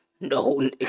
no